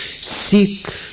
Seek